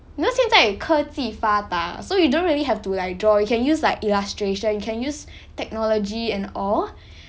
you know 现在科技发达 so you don't really have to like draw you can use like illustration you can use technology and all